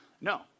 No